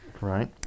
Right